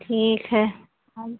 ठीक है हम